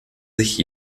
sich